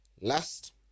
last